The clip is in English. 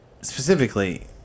specifically